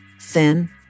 thin